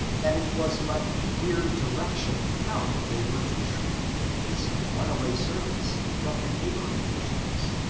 that it was but a mere direction how they were to treat the case of runaway servants from the neighboring nations,